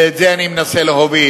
ואת זה אני מנסה להוביל,